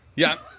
yeah.